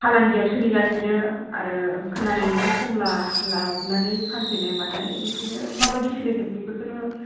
फालांगिया सोलिगासिनो आरो खोनानो मोन्दों खमला लाबोनानै फानफैनाय मानाय बिदिनो माबायदि सोलिदों बेफोरखोनो